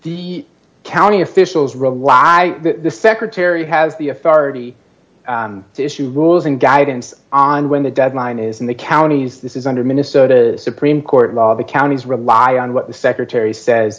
the county officials rather why the secretary has the authority to issue rules and guidance on when the deadline is in the counties this is under minnesota supreme court lot of the counties rely on what the secretary says